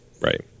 Right